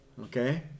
okay